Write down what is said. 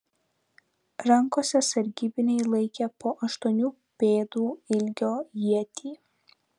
rankose sargybiniai laikė po aštuonių pėdų ilgio ietį